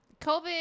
COVID